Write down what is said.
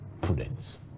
prudence